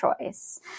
choice